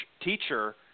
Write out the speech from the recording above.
teacher